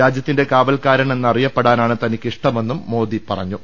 രാജ്യത്തിന്റെ കാവൽക്കാരൻ എന്നറിയപ്പെടാനാണ് തനിക്കിഷ്ട മെന്നും മോദി അറിയിച്ചു